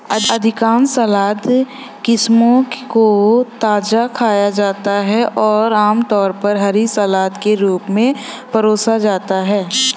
अधिकांश सलाद किस्मों को ताजा खाया जाता है और आमतौर पर हरी सलाद के रूप में परोसा जाता है